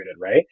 right